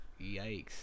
Yikes